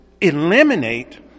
eliminate